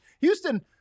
Houston